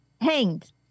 Hanged